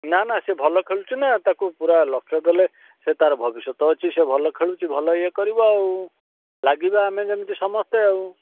ନା ନା ସେ ଭଲ ଖେଳୁଛି ନା ତାକୁ ପୂରା ଲକ୍ଷ୍ୟ କଲେ ସେ ତାର ଭବିଷ୍ୟତ ଅଛି ସେ ଭଲ ଖେଳୁଛି ଭଲ ଇଏ କରିବ ଆଉ ଲାଗିବା ଆମେ ଯେମିତି ସମସ୍ତେ ଆଉ